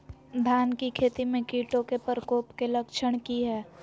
धान की खेती में कीटों के प्रकोप के लक्षण कि हैय?